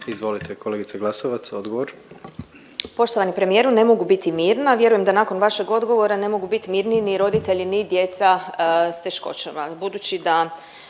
Izvolite kolegice Glasovac odgovor. **Glasovac, Sabina (SDP)** Poštovani premijeru, ne mogu biti mirna. Vjerujem da nakon vašeg odgovora ne mogu bit mirniji ni roditelji ni djeca s teškoćama,